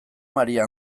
maria